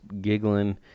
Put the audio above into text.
giggling